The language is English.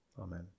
Amen